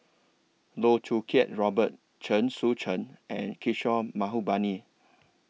Loh Choo Kiat Robert Chen Sucheng and Kishore Mahbubani